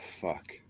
fuck